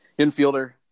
infielder